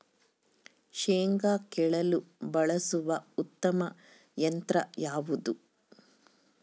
ಶೇಂಗಾ ಕೇಳಲು ಬಳಸುವ ಉತ್ತಮ ಯಂತ್ರ ಯಾವುದು?